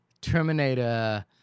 Terminator